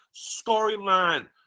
storyline